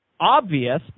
obvious